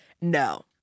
No